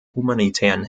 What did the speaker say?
humanitären